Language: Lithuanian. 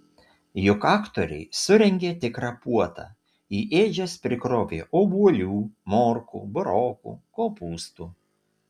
juk aktoriai surengė tikrą puotą į ėdžias prikrovė obuolių morkų burokų kopūstų